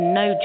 no